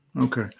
Okay